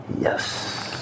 Yes